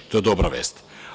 To je dobra vest.